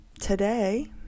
today